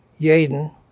Yaden